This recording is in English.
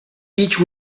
each